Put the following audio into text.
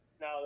No